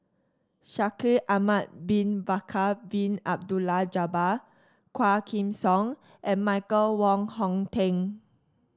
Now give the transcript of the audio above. Shaikh Ahmad Bin Bakar Bin Abdullah Jabbar Quah Kim Song and Michael Wong Hong Teng